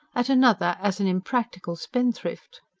at another as an unpractical spendthrift.